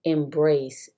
embrace